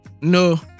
No